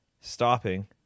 stopping